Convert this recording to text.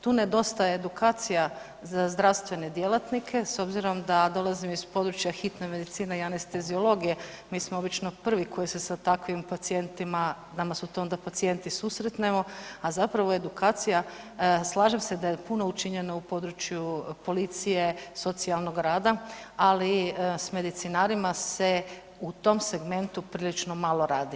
Tu nedostaje edukacija za zdravstvene djelatnike, s obzirom da dolazim iz područja hitne medicine i anesteziologije, mi smo obično prvi koji se sa takvim pacijentima, nama su tu onda pacijenti susretnemo, a zapravo je edukacija, slažem se da je puno učinjeno u području policije, socijalnog rada, ali s medicinarima se u tom segmentu prilično malo radi.